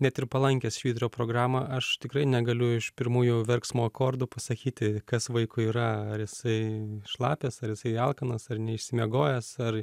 net ir palankęs švyturio programą aš tikrai negaliu iš pirmųjų verksmo akordų pasakyti kas vaikui yra ar jisai šlapias ar jisai alkanas ar neišsimiegojęs ar